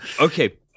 Okay